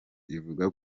ivuga